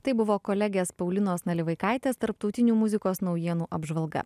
tai buvo kolegės paulinos nalivaikaitės tarptautinių muzikos naujienų apžvalga